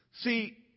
See